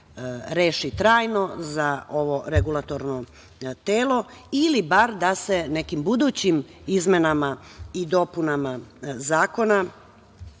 reši trajno za ovo regulatorno telo ili bar da se nekim budućim izmenama i dopunama zakona